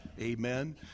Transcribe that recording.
amen